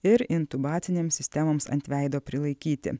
ir intubacinėms sistemoms ant veido prilaikyti